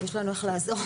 יש לנו איך לעזור?